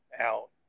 out